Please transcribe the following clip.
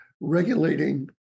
Regulating